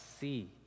see